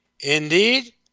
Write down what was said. Indeed